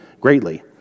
greatly